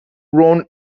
grown